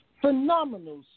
Phenomenal